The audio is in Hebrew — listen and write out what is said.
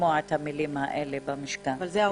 לשמוע את המילים האלה במשכן, לצערי.